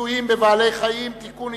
(ניסויים בבעלי-חיים) (תיקון,